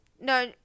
No